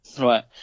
Right